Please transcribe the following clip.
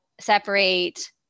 separate